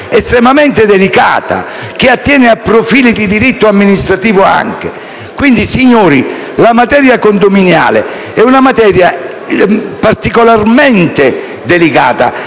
estremamente delicata, che attiene anche a profili di diritto amministrativo. Quindi, signori, la materia condominiale è particolarmente delicata